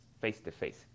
face-to-face